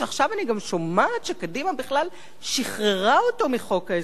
שעכשיו אני גם שומעת מלבני שקדימה כביכול בכלל שחררה אותו מחוק ההסדרים,